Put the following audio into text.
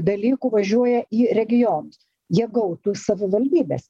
dalykų važiuoja į regionus jie gautų iš savivaldybės